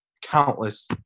countless